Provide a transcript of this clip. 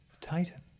titan